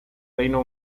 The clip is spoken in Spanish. reino